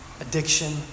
addiction